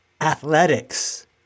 athletics